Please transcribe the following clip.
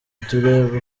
tureba